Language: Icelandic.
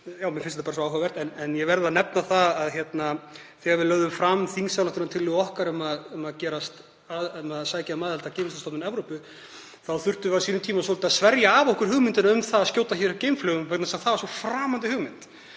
mér þykir það bara svo áhugavert. En ég verð að nefna það að þegar við lögðum fram þingsályktunartillögu okkar um að sækja um aðild að Geimvísindastofnun Evrópu þá þurftum við á sínum tíma svolítið að sverja af okkur hugmyndir um að skjóta hér upp geimflaugum vegna þess að það var svo framandi hugmynd.